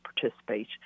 participate